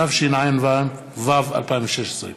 התשע"ז 2017,